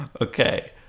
okay